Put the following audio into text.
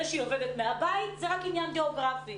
זה שהיא עובדת מהבית, זה רק עניין גיאוגרפי.